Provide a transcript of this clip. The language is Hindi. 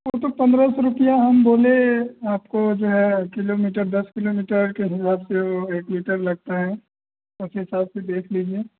वह तो पन्द्रह सौ रुपया हम बोले आपको जो है किलोमीटर दस किलोमीटर से हिसाब से एक लीटर लगता है उस हिसाब से देख लीजिए